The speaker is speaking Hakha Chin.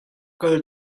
kal